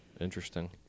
Interesting